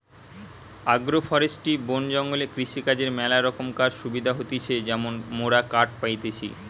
agro forestry বন জঙ্গলে কৃষিকাজর ম্যালা রোকমকার সুবিধা হতিছে যেমন মোরা কাঠ পাইতেছি